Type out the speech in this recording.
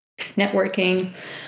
networking